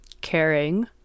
caring